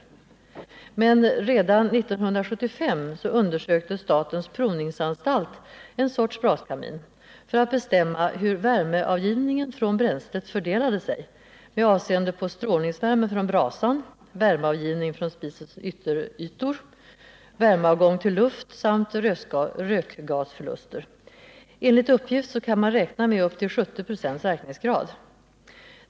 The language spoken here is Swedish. Redan 1975 undersökte emellertid statens provningsanstalt en sorts braskamin för att bestämma hur värmeavgivningen från bränslet fördelade sig med avseende på strålningsvärmen från brasan, värmeavgivning från spisens ytterytor, värmeavgång till luft samt rökgasförluster. Enligt uppgift kan man räkna med upp till 70 96 verkningsgrad.